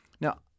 Now